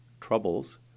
troubles